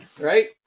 right